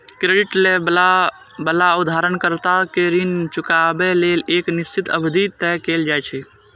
credit लए बला उधारकर्ता कें ऋण चुकाबै लेल एक निश्चित अवधि तय कैल जाइ छै